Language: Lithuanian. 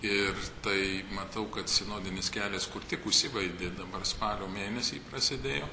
ir tai matau kad sinodinis kelias kur tik užsibaigė dabar spalio mėnesį prasidėjo